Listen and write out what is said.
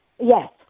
Yes